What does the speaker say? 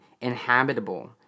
inhabitable